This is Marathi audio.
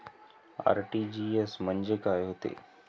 आर.टी.जी.एस म्हंजे काय होते?